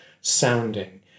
sounding